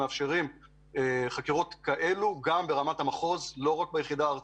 גם ברמת המחוז ולא רק ביחיד הארצית.